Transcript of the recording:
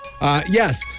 Yes